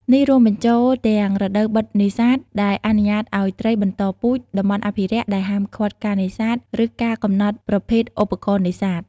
នេះរួមបញ្ចូលទាំងរដូវបិទនេសាទ ដែលអនុញ្ញាតឲ្យត្រីបន្តពូជ តំបន់អភិរក្សដែលហាមឃាត់ការនេសាទ ឬការកំណត់ប្រភេទឧបករណ៍នេសាទ។